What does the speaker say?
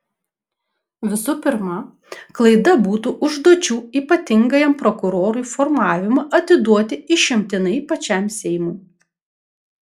visų pirma klaida būtų užduočių ypatingajam prokurorui formavimą atiduoti išimtinai pačiam seimui